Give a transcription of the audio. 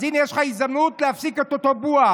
אז הינה, יש לך הזדמנות להפסיק את אותו בואש.